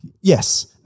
Yes